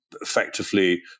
effectively